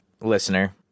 listener